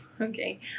Okay